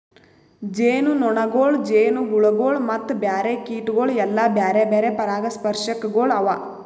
ಜೇನುನೊಣಗೊಳ್, ಜೇನುಹುಳಗೊಳ್ ಮತ್ತ ಬ್ಯಾರೆ ಕೀಟಗೊಳ್ ಎಲ್ಲಾ ಬ್ಯಾರೆ ಬ್ಯಾರೆ ಪರಾಗಸ್ಪರ್ಶಕಗೊಳ್ ಅವಾ